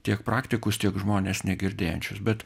tiek praktikus tiek žmones negirdėjančius bet